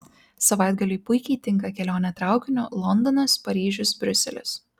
savaitgaliui puikiai tinka kelionė traukiniu londonas paryžius briuselis